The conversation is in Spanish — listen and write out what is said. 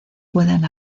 puedan